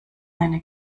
eine